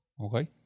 Okay